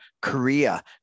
korea